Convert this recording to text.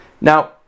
Now